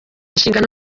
inshingano